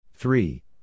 three